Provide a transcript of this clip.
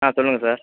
ஆ சொல்லுங்கள் சார்